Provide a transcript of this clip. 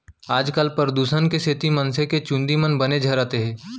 आजकाल परदूसन के सेती मनसे के चूंदी मन बने झरत हें